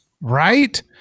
Right